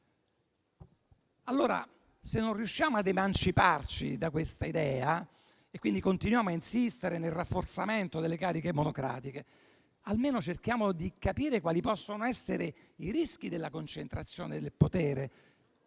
forte? Se non riusciamo ad emanciparci da questa idea e continuiamo a insistere con il rafforzamento delle cariche monocratiche, almeno cerchiamo di capire quali possono essere i rischi della concentrazione del potere.